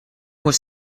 was